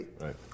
Right